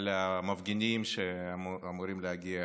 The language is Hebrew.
על המפגינים שאמורים להגיע